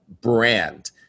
brand